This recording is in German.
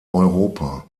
europa